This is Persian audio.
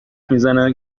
میزنه